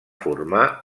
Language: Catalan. formar